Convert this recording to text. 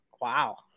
Wow